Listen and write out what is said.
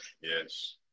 Yes